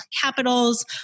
capitals